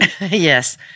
Yes